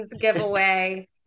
giveaway